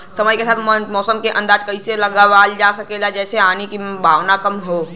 समय के साथ मौसम क अंदाजा कइसे लगावल जा सकेला जेसे हानि के सम्भावना कम हो?